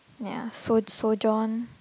ya so so John